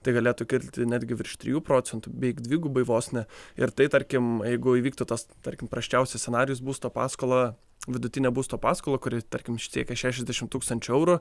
tai galėtų kilti netgi virš trijų procentų beveik dvigubai vos ne ir tai tarkim jeigu įvyktų tas tarkim prasčiausias scenarijus būsto paskolą vidutinę būsto paskolą kuri tarkim siekia šešiasdešimt tūkstančių eurų